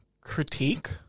critique